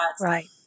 Right